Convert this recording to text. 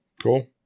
Cool